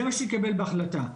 זה מה שהתקבל בהחלטה.